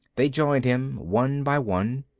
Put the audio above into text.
they joined him, one by one.